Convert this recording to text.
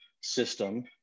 system